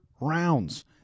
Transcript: rounds